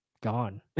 gone